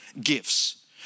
gifts